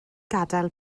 gadael